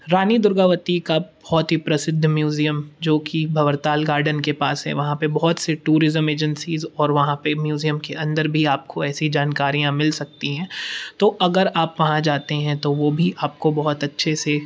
रानी दुर्गावती का बहुत ही प्रसिद्ध म्यूज़ियम जोकि भवरताल गार्डन के पास है वहाँ पे बहुत से टूरिज़्म एजेन्सीज़ और वहाँ पे म्यूज़ियम के अंदर भी आपको ऐसी जानकारियाँ मिल सकती हैं तो अगर आप वहाँ जाते हैं तो वो भी आपको बहुत अच्छे से